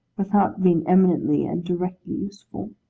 without being eminently and directly useful.